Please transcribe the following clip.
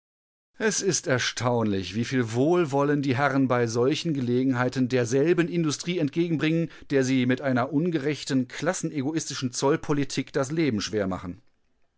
es ist erstaunlich wieviel wohlwollen die herren bei solchen gelegenheiten derselben industrie entgegenbringen der sie mit einer ungerechten klassen-egoistischen zollpolitik das leben schwer machen